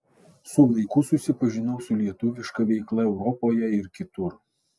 su laiku susipažinau su lietuviška veikla europoje ir kitur